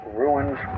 ruins